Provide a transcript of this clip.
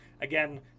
Again